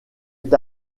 est